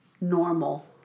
normal